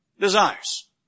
desires